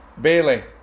Bailey